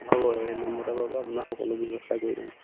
হ'ব এই নম্বৰতে আপোনাক সকলো ব্যৱস্থা কৰি দিম